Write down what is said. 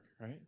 right